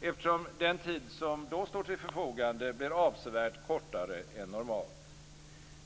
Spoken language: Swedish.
eftersom den tid som då står till förfogande blir avsevärt kortare än normalt.